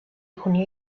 junio